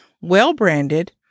well-branded